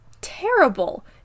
terrible